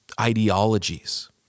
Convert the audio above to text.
ideologies